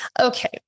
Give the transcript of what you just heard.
Okay